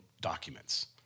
documents